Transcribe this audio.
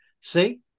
see